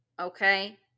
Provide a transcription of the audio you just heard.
Okay